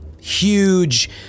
huge